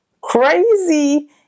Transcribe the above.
Crazy